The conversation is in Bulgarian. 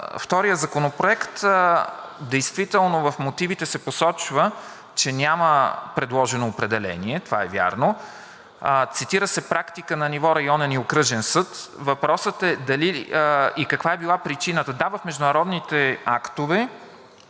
втория законопроект действително в мотивите се посочва, че няма предложено определение. Това е вярно – цитира се практика на ниво районен и окръжен съд. Въпросът е: дали и каква е била причината? Да, в международните актове,